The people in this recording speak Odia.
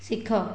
ଶିଖ